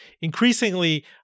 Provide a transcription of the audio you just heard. increasingly